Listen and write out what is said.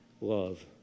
love